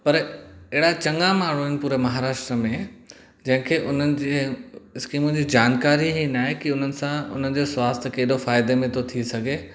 पर अहिड़ा चङा माण्हूं आहिनि पूरे महाराष्ट्र में जंहिंखे उन्हनि जी स्कीमूं जी जानकारी ई न आहे की उन सां उन जो स्वास्थ्य केॾो फ़ाइदे में थो थी सघे